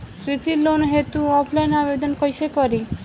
कृषि लोन हेतू ऑफलाइन आवेदन कइसे करि?